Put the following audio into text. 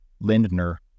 Lindner